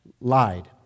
lied